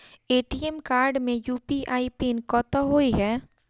ATM card मे UPI PIN कतह होइ है?